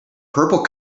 purple